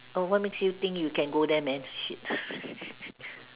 oh what makes you can go there man to shit